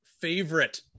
favorite